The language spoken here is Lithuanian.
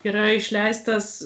yra išleistas